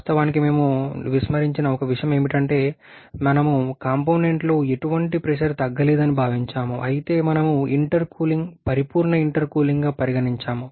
వాస్తవానికి మేము విస్మరించిన ఒక విషయం ఏమిటంటే మేము కాంపోనెంట్లో ఎటువంటి ప్రెషర్ తగ్గలేదని భావించాము అయితే మేము ఇంటర్కూలింగ్ పరిపూర్ణ ఇంటర్కూలింగ్గా పరిగణించాము